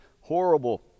horrible